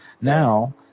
now